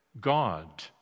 God